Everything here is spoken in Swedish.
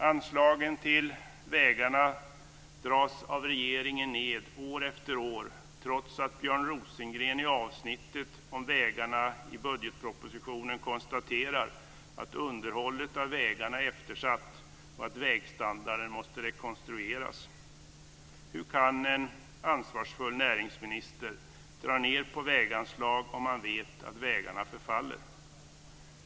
Anslagen till vägarna dras av regeringen ned år efter år, trots att Björn Rosengren i avsnittet om vägarna i budgetpropositionen konstaterar att underhållet av vägarna är eftersatt och att vägstandarden måste rekonstrueras. Hur kan en ansvarsfull näringsminister dra ned på väganslag, om man vet att vägarna förfaller?